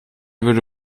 würde